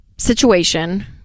situation